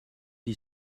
die